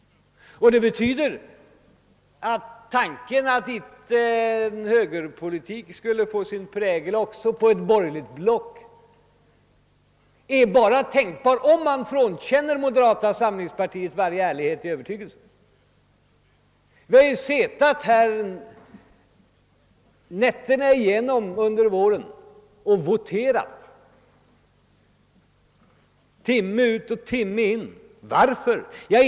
Det betyder att tanken att högerpolitiken inte skulle sätta sin prägel på en borgerlig regering är möjlig bara om man frånkänner moderata samlingspartiet varje ärlighet i övertygelsen. Vi har suttit här nätterna igenom under våren och voterat timme ut och timme in. Varför?